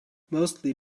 mostly